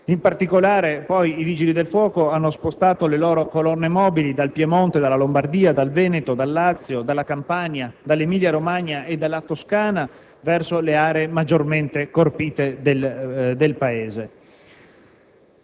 In particolare, poi, i Vigili del fuoco hanno spostato le loro colonne mobili dal Piemonte, dalla Lombardia, dal Veneto, dal Lazio, dalla Campania, dall'Emilia-Romagna e dalla Toscana verso le aree maggiormente colpite del Paese.